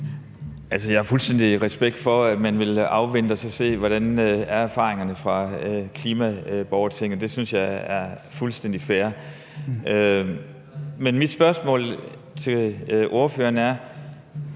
jeg har fuld respekt for, at man vil afvente og se, hvordan erfaringerne fra klimaborgertinget er. Det synes jeg er fuldstændig fair. Men mit spørgsmål til ordføreren er: